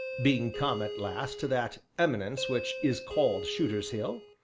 being come at last to that eminence which is called shooter's hill,